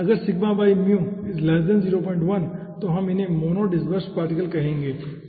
तो अगर σµ 01 तो हम इन्हे मोनो डिस्पेर्सेड पार्टिकल्स कहेंगे ठीक है